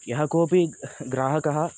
यः कोऽपि ग्राहकः